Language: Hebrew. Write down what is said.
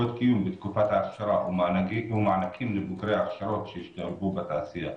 בתקופת ההכשרה ומענקים לבוגרי ההכשרות שישתלבו בתעשייה.